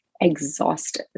exhausted